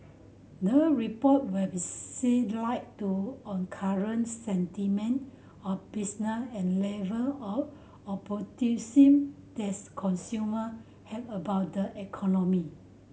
the report will shed light to on current sentiment of and level of optimism that's consumer have about the economy